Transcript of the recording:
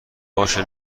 باشه